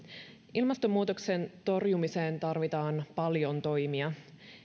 ilmastonmuutoksen torjumiseen tarvitaan paljon toimia